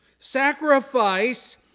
sacrifice